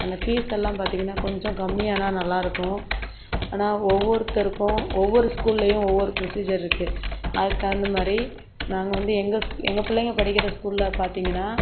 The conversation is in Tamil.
அந்த பீஸ் எல்லாம் பார்த்தீங்கனா கொஞ்சம் கம்மியானா நல்லாயிருக்கும் ஆனால் ஓவ்வொருத்தருக்கும் ஒவ்வொரு ஸ்கூல்லேயும் ஒவ்வொரு ப்ரொசீஜர் இருக்குது அதுக்கு தகுந்த மாதிரி நாங்கள் வந்து எங்கள் ஸ் எங்கள் பிள்ளைங்க படிக்கின்ற ஸ்கூலில் பார்த்தீங்கனா